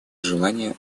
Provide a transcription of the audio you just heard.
желание